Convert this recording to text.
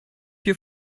your